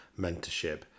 mentorship